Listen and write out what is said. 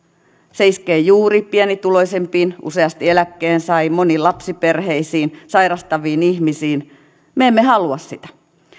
se iskee juuri pienituloisimpiin useasti eläkkeensaajiin moniin lapsiperheisiin sairastaviin ihmisiin me emme halua sitä